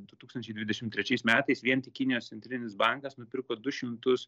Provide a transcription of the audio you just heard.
du tūkstančiai dvidešimt trečiais metais vien tik kinijos centrinis bankas nupirko du šimtus